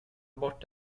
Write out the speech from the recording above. bort